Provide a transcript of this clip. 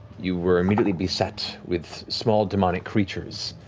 you were immediately beset with small demonic creatures.